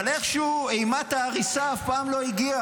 אבל איכשהו אימת ההריסה אף פעם לא הגיעה